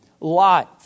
life